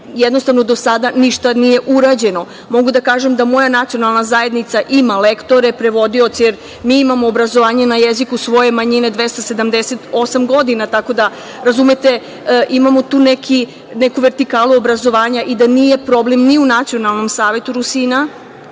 Jednostavno, do sada ništa nije urađeno. Mogu da kažem da moja nacionalna zajednica ima lektore, prevodioce. Mi imamo obrazovanje na jeziku svoje manjine 278 godina. Tako da, razumete, imamo tu neku vertikalu obrazovanja i da nije problem ni u Nacionalnom savetu Rusina,